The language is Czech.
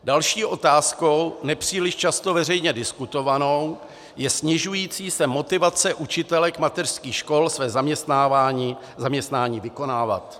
Další otázkou, nepříliš často veřejně diskutovanou, je snižující se motivace učitelek mateřských škol své zaměstnání vykonávat.